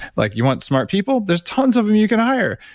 like you want smart people, there's tons of them you can hire.